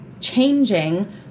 changing